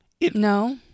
No